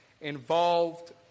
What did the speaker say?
involved